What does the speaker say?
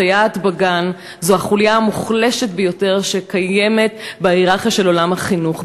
סייעת בגן זו החוליה המוחלשת ביותר שקיימת בהייררכיה של עולם החינוך.